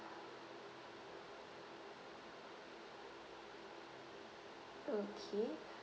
okay